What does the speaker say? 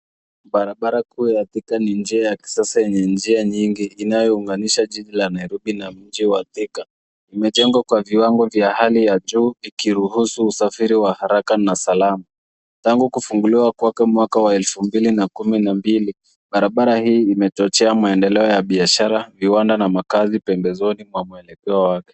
Barabara kuu ya thika ni njia ya kisasa yenye njia nyingi inayounganisha jiji la nairobi na mji wa thika. Imejengwa kwa viwango vya hali ya juu ikiruhusu usafiri wa haraka na salama. Tangu kufunguliwa kwake mwaka wa 2012 , barabara hii imechochea maendeleo ya biashara, viwanda na makazi pembezoni mwa mwelekeo wake.